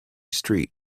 street